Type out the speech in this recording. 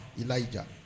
Elijah